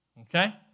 okay